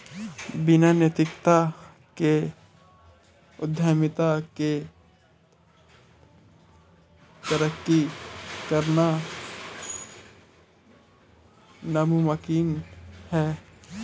बिना नैतिकता के उद्यमिता में तरक्की करना नामुमकिन है